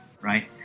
Right